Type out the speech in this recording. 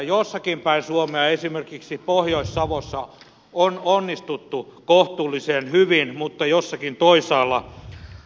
jossakin päin suomea esimerkiksi pohjois savossa on onnistuttu kohtuullisen hyvin mutta jossakin toisaalla taas ei